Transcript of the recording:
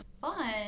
Fun